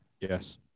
Yes